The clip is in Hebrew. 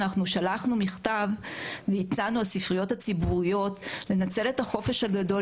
אנחנו שלחנו מכתב והצענו לספריות הציבוריות לנצל את החופש הגדול.